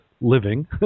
living